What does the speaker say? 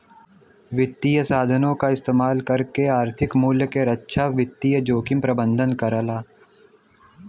वित्तीय साधनों क इस्तेमाल करके आर्थिक मूल्य क रक्षा वित्तीय जोखिम प्रबंधन करला